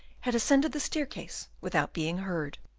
had ascended the staircase without being heard.